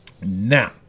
now